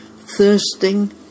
thirsting